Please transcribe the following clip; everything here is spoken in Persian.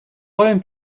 قایم